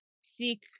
seek